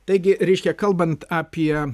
taigi reiškia kalbant apie